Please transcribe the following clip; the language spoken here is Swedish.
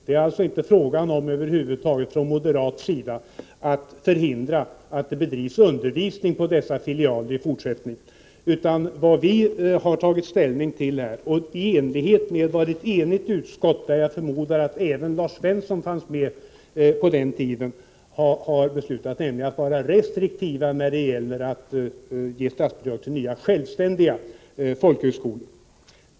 Det är alltså inte fråga om över huvud taget från moderat sida att förhindra att det bedrivs undervisning på dessa filialer i fortsättningen. Vi har hävdat — i enlighet med vad ett enigt utskott, där jag förmodar att även Lars Svensson fanns med på den tiden, har beslutat — att man skall vara restriktiv när det gäller att ge statsbidrag till nya självständiga folkhögskolor.